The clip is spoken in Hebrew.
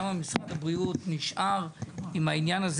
למה משרד הבריאות נשאר עם העניין הזה